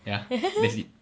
ya that's it